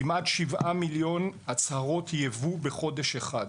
כמעט 7 מיליון הצהרות יבוא בחודש אחד.